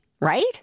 right